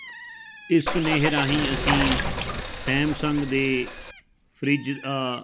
ਇਸ ਸੁਨੇਹੇ ਰਾਹੀਂ ਅਸੀਂ ਸੈਮਸੰਗ ਦੇ ਫਰਿੱਜ